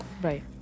Right